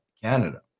canada